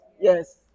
yes